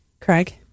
Craig